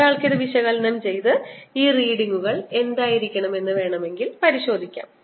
ഒരാൾക്ക് ഇത് വിശകലനം ചെയ്ത് ഈ റീഡിങ്ങുകൾ എന്തായിരിക്കണമെന്ന് പരിശോധിക്കാം